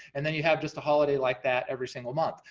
and then you have just a holiday like that, every single month.